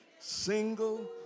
single